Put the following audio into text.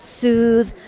soothe